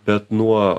bet nuo